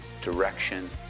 direction